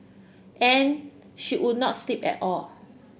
and she would not sleep at all